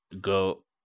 go